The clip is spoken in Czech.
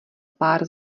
pár